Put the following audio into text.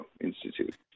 Institute